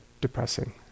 depressing